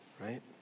right